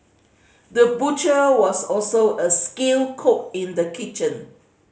the butcher was also a skilled cook in the kitchen